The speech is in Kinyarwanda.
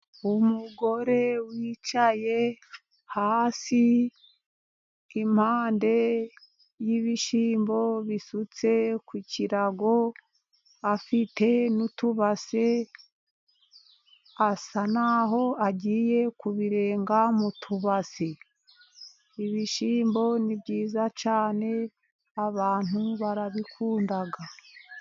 Umugore wicaye hasi impande y'ibishyimbo bisutse ku kirago , afite n'utubase asa naho agiye kubirenga m'utubase, ibishyimbo ni byiza cyane abantu barabikunda.